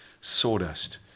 sawdust